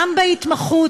גם בהתמחות,